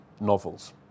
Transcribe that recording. novels